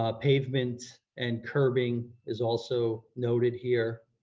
ah pavement and curbing is also noted here,